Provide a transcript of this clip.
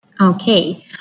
Okay